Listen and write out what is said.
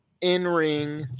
in-ring